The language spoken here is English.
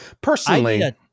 Personally